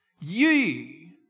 Ye